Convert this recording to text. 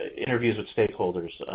interviews with stakeholders,